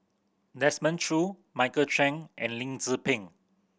Desmond Choo Michael Chiang and Lim Tze Peng